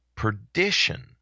perdition